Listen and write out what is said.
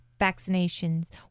vaccinations